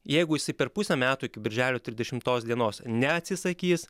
jeigu jisai per pusę metų iki birželio trisdešimtos dienos neatsisakys